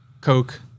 coke